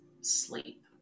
sleep